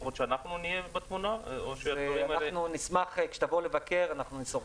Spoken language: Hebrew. לפחות שאנחנו נהיה בתמונה או שהדברים האלה -- כשתבואו לבקר,